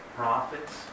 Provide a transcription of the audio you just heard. prophets